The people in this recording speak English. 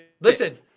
Listen